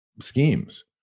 schemes